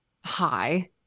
hi